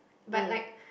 but like